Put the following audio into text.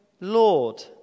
Lord